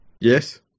Yes